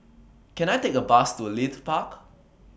Can I Take A Bus to Leith Park